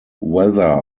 weather